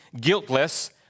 guiltless